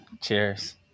Cheers